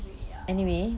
ya